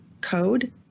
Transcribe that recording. code